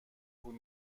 پول